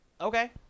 Okay